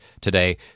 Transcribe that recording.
today